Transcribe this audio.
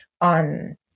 on